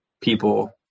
people